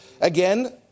Again